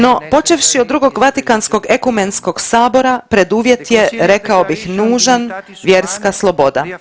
No, počevši od Drugog Vatikanskog ekumenskog sabora preduvjet je rekao bih nužan vjerska sloboda.